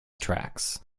tracks